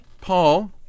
Paul